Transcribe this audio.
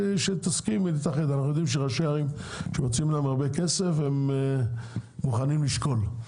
בדרך כלל ראשי ערים שנותנים להם הרבה כסף הם מוכנים לשקול,